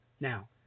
Now